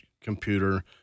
computer